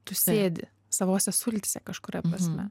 tu sėdi savose sultyse kažkuria prasme